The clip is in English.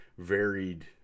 varied